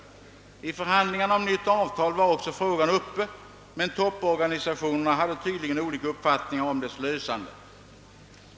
I förhandlingarna om nytt avtal var frågan uppe, men topporganisationerna hade tydligen olika uppfattningar om dess lösande.